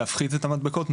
להפחית את המדבקות,